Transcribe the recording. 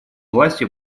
власти